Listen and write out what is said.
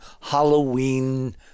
Halloween